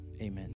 Amen